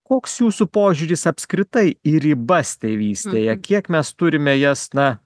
koks jūsų požiūris apskritai į ribas tėvystėje kiek mes turime jas na